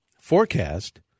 forecast